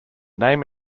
name